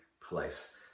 place